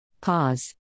Pause